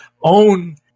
own